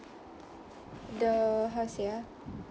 the how to say ah